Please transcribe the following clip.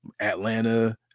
Atlanta